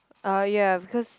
oh ya because